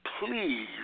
please